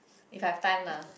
if I have time lah